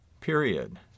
period